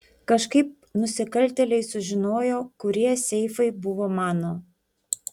kažkaip nusikaltėliai sužinojo kurie seifai buvo mano